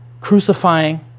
crucifying